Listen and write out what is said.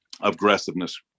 aggressiveness